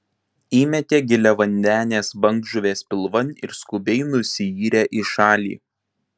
įmetė giliavandenės bangžuvės pilvan ir skubiai nusiyrė į šalį